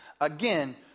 again